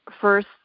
first